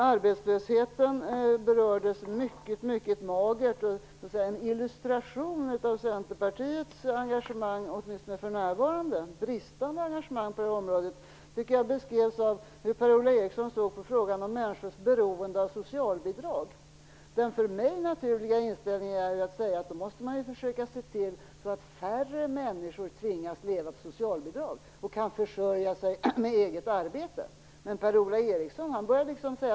Arbetslösheten berördes mycket, mycket magert. Centerpartiets bristande engagemang på det här området, åtminstone för närvarande, illustrerades av hur Per-Ola Eriksson såg på frågan om människors beroende av socialbidrag. Den för mig naturliga inställningen är att säga att då måste man försöka se till att färre människor tvingas leva på socialbidrag och kan försörja sig med eget arbete. Men Per-Ola Eriksson säger att då måste vi höja socialbidragen.